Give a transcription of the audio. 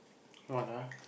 what ah